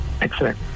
Excellent